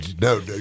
no